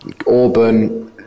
Auburn